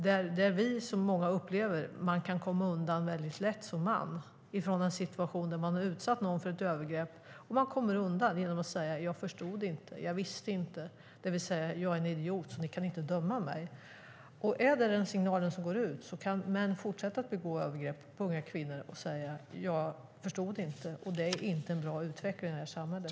Vi och många andra upplever att man som man kan komma undan väldigt lätt från en situation när man har utsatt någon för ett övergrepp. Man kommer undan genom att säga: Jag förstod inte, jag visste inte. Man säger alltså: Jag är en idiot, så ni kan inte döma mig. Om det är den signal som går ut kan män fortsätta att begå övergrepp på unga kvinnor och säga: Jag förstod inte. Det är ingen bra utveckling i det här samhället.